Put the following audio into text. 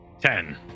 Ten